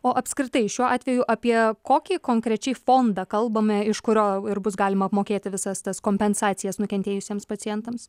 o apskritai šiuo atveju apie kokį konkrečiai fondą kalbame iš kurio ir bus galima apmokėti visas tas kompensacijas nukentėjusiems pacientams